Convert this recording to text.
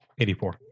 84